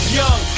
young